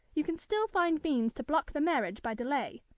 you can still find means to block the marriage by delay.